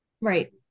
right